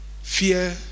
Fear